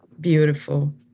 Beautiful